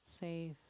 safe